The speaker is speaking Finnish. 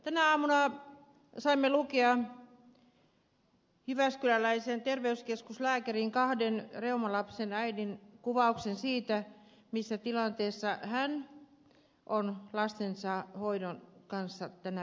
tänä aamuna saimme lukea jyväskyläläisen terveyskeskuslääkärin ja kahden reumalapsen äidin kuvauksen siitä missä tilanteessa hän on lastensa hoidon kanssa tänä päivänä